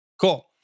Cool